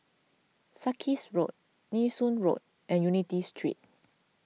Sarkies Road Nee Soon Road and Unity Street